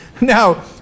Now